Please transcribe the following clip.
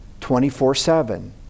24-7